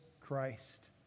Christ